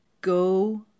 Go